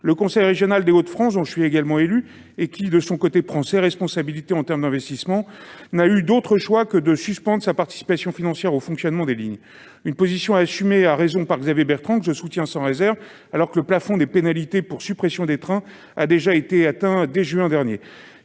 le conseil régional des Hauts-de-France, dont je suis également l'élu et qui prend ses responsabilités en matière d'investissement, n'a eu d'autre choix que de suspendre sa participation financière au fonctionnement des lignes. Cette position est assumée, à raison, par Xavier Bertrand- je le soutiens sans réserve -, alors que le plafond des pénalités pour la suppression des trains a été atteint dès le mois